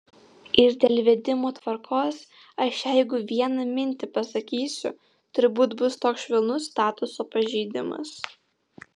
ir dėl vedimo tvarkos aš jeigu vieną mintį pasakysiu turbūt bus toks švelnus statuto pažeidimas